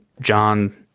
John